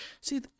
see